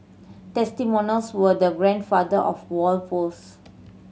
testimonials were the grandfather of wall posts